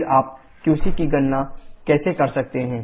फिर आप qC की गणना कैसे कर सकते हैं